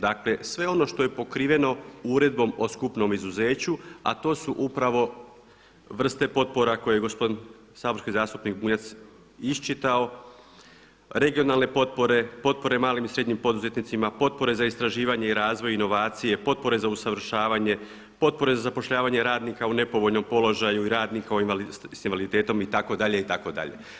Dakle, sve ono što je pokriveno Uredbom o skupnom izuzeću, a to su upravo vrste potpora koje gospodin zastupnik Bunjac iščitao, regionalne potpore, potpore malim i srednjim poduzetnicima, potpore za istraživanje i razvoj, inovacije, potpore za usavršavanje, potpore za zapošljavanje radnika u nepovoljnom položaju i radnika sa invaliditetom itd. itd.